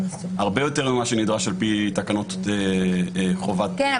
הרבה יותר ממה שנידרש על פי תקנות חובת המכרזים --- כן.